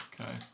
Okay